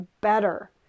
better